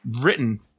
written